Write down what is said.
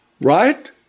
right